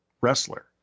wrestler